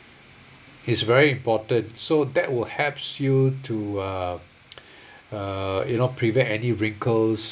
it's very important so that will helps you to uh uh you know prevent any wrinkles